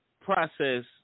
process